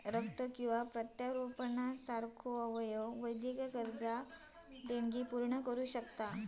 रक्त किंवा प्रत्यारोपण अवयव यासारख्यो वैद्यकीय गरजा देणगी पूर्ण करू शकता